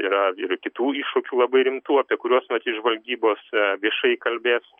yra ir kitų iššūkių labai rimtų apie kuriuos matyt žvalgybos viešai kalbės